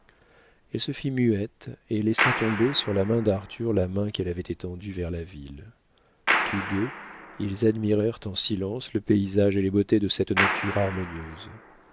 elle se fit muette et laissa tomber sur la main d'arthur la main qu'elle avait étendue vers la ville tous deux ils admirèrent en silence le paysage et les beautés de cette nature harmonieuse